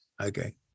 Okay